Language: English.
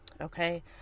Okay